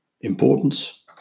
Importance